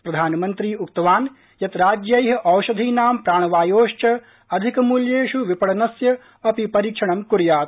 प्रधानमन्त्री उक्तवान् यत् राज्यैः औषधीनां प्राणवायोश्व अधिक मूल्येष् विपणनस्य अपि परीक्षणं कुर्यात्